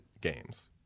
games